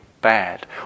bad